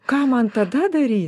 ką man tada dary